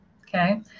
okay